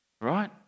right